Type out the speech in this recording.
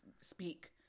speak